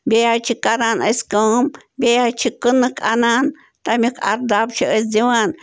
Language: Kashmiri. بیٚیہِ حظ چھِ کران أسۍ کٲم بیٚیہِ حظ چھِ کٕنٕک اَنان تَمیُک اَرداب چھِ أسۍ دِوان